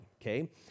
okay